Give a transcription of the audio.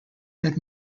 had